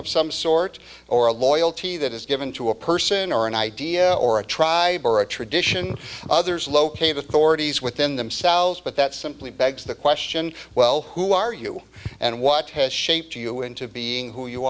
of some sort or a loyalty that is given to a person or an idea or a tribe or a tradition others locate authorities within themselves but that simply begs the question well who are you and what has shaped you into being who you